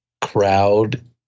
crowd